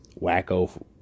wacko